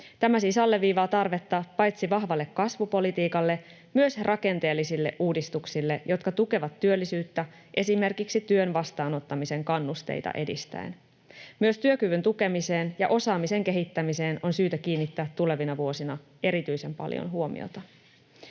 Tämä siis alleviivaa tarvetta paitsi vahvalle kasvupolitiikalle myös rakenteellisille uudistuksille, jotka tukevat työllisyyttä esimerkiksi työn vastaanottamisen kannusteita edistäen. Myös työkyvyn tukemiseen ja osaamisen kehittämiseen on syytä kiinnittää tulevina vuosina erityisen paljon huomiota.